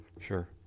Sure